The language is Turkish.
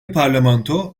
parlamento